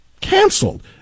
canceled